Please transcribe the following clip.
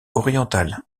occidental